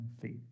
feet